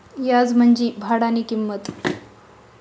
याज म्हंजी भाडानी किंमत